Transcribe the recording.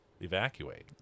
evacuate